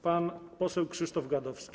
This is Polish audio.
Pan poseł Krzysztof Gadowski.